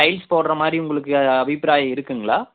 tiles போடுகிற மாதிரி உங்களுக்கு அபிப்பிராயம் இருக்குங்களா